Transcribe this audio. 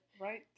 Right